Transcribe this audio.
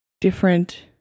different